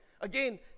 Again